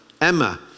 Emma